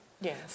Yes